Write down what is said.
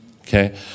Okay